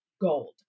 gold